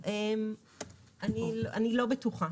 אני לא בטוחה.